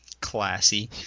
Classy